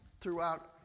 throughout